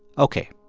ok,